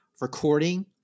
recording